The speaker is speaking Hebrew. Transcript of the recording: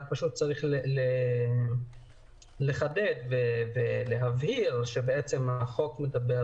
רק פשוט צריך לחדד ולהבהיר שהחוק מטפל